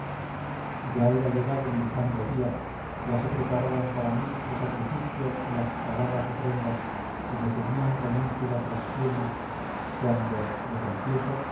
ya era llegado el infando día ya se preparaban para mí el sacrificio y las saladas ofrendas y me ceñían con ínfulas las sienes cuando lo confieso